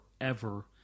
forever